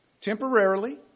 Temporarily